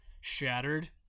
shattered